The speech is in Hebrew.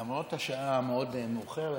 למרות השעה המאוד-מאוחרת.